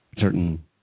certain